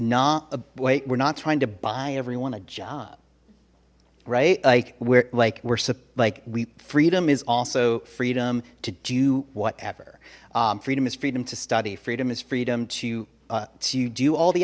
wait we're not trying to buy everyone a job right like we're like we're supply we freedom is also freedom to do whatever freedom is freedom to study freedom is freedom to to do all the